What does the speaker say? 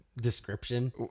description